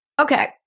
Okay